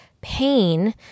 pain